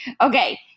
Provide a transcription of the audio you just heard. okay